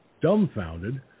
dumbfounded